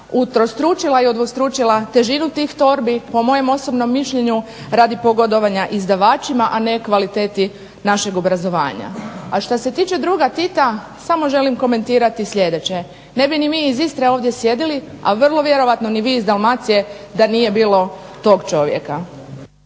utrostručila i udvostručila težinu tih torbi po mojem osobnom mišljenju radi pogodovanja izdavačima, a ne kvaliteti našeg obrazovanja. A što se tiče druga Tita samo želim komentirati sljedeće. Ne bi ni mi iz Istre ovdje sjedili, a vrlo vjerojatno ni vi iz Dalmacije da nije bilo tog čovjeka.